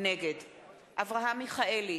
נגד אברהם מיכאלי,